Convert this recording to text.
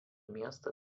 miestą